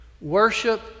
Worship